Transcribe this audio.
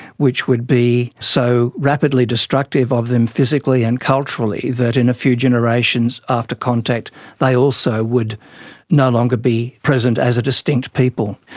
which would be so rapidly destructive of them physically and culturally that in a few generations after contact they also would no longer be present as a distinct people.